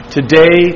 Today